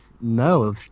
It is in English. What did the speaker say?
No